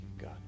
God